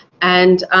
and